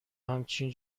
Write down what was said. همچین